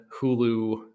Hulu